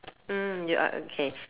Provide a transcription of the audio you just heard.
mm ya ah okay